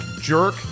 Jerk